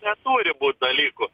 neturi būt dalykų